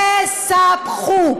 ת-ספ-חו.